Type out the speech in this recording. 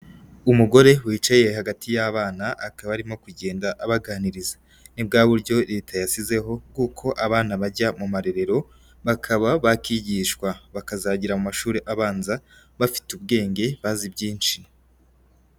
Umugore wicaye hagati y'abana akaba arimo kugenda abaganiriza. Ni bwa buryo leta yashyizeho kuko abana bajya mu marerero bakaba bakigishwa bakazagira mu mashuri abanza bafite ubwenge bazi byinshi.